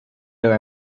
our